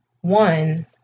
one